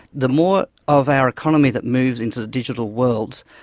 the more of our economy that moves into the digital world,